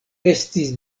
estis